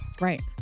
Right